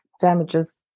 damages